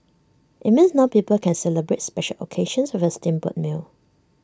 IT means now people can celebrate special occasions with A steamboat meal